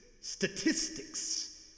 statistics